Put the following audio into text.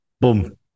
boom